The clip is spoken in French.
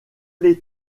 les